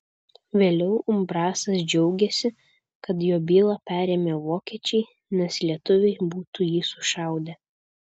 vėliau umbrasas džiaugėsi kad jo bylą perėmė vokiečiai nes lietuviai būtų jį sušaudę